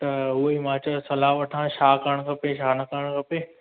त उहे मां चयो सलाह वठां छा करणु खपे छा न करणु खपे